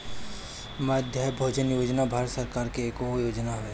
मध्याह्न भोजन योजना भारत सरकार के एगो योजना हवे